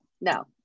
no